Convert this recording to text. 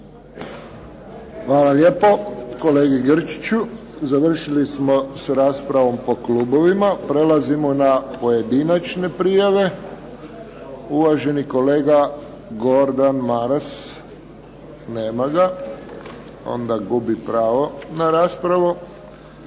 Hvala lijepo kolegi Grčiću. Završili smo s raspravom po klubovima. Prelazimo na pojedinačne prijave. Uvaženi kolega Gordan Maras. Nema ga. Onda gubi pravo na raspravu.